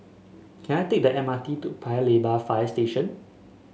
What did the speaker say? can I take the M R T to Paya Lebar Fire Station